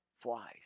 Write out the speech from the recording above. flies